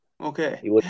Okay